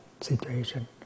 situation